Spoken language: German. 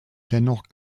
dennoch